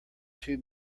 two